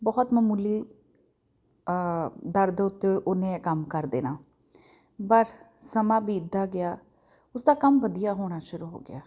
ਬਹੁਤ ਮਾਮੂਲੀ ਦਰ ਦੇ ਉੱਤੇ ਉਹਨੇ ਕੰਮ ਕਰ ਦੇਣਾ ਪਰ ਸਮਾਂ ਬੀਤਦਾ ਗਿਆ ਉਸਦਾ ਕੰਮ ਵਧੀਆ ਹੋਣਾ ਸ਼ੁਰੂ ਹੋ ਗਿਆ